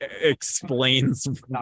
explains